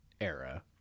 era